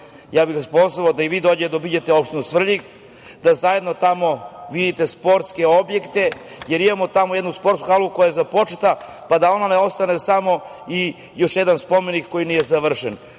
ja bih vas pozvao da i vi dođete da obiđete opštinu Svrljig, da zajedno tamo vidite sportske objekte, jer imamo tamo jednu sportsku halu koja je započeta, pa da ona ne ostane samo još jedan spomenik koji nije završen,